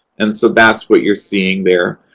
and so that's what you're seeing there.